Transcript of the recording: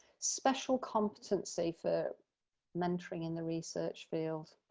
special competency for mentoring in the research field,